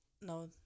No